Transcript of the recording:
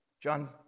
John